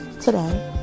today